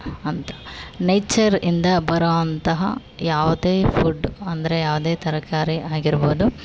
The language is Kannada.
ಅಂಥ ನೇಚರ್ ಇಂದ ಬರೋವಂತಹ ಯಾವುದೇ ಫುಡ್ ಅಂದರೆ ಯಾವುದೇ ತರಕಾರಿ ಆಗಿರ್ಬೋದು